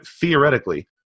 theoretically